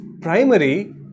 primary